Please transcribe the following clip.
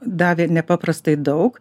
davė nepaprastai daug